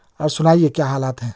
اور سنائیے کیا حالات ہیں